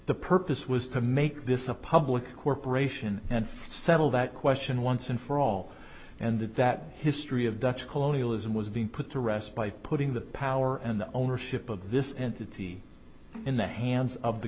the purpose was to make this a public corporation and settle that question once and for all and that history of dutch colonialism was being put to rest by putting the power and the ownership of this entity in the hands of the